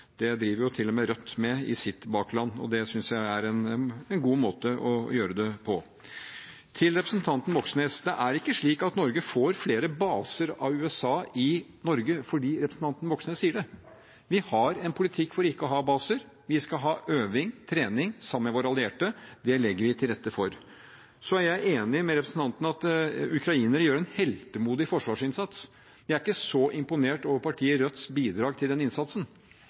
det driver jo til og med Rødt med, i sitt bakland, og det synes jeg er en god måte å gjøre det på. Til representanten Moxnes: Det er ikke slik at Norge får flere baser av USA i Norge fordi representanten Moxnes sier det. Vi har en politikk for ikke å ha baser. Vi skal ha øving, trening, sammen med våre allierte. Det legger vi til rette for. Så er jeg enig med representanten i at ukrainerne gjør en heltemodig forsvarsinnsats. Jeg er ikke så imponert over partiet Rødts bidrag til den innsatsen.